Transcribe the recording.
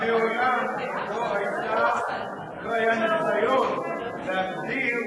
מעולם לא היה ניסיון להגדיר